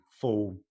full